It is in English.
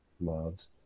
loves